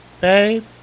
Babe